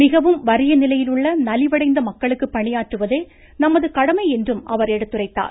மிகவும் வறிய நிலையில் உள்ள நிலவடைந்த மக்களுக்கு பணியாற்றுவதே நமது கடமை என்றும் அவர் எடுத்துரைத்தார்